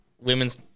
women's